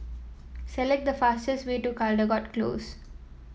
select the fastest way to Caldecott Close